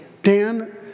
Dan